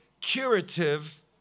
curative